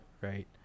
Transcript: Right